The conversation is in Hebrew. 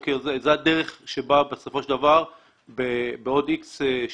זו הדרך שבה בסופו של דבר בעוד X שנים,